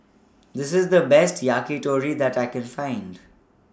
This IS The Best Yakitori that I Can Find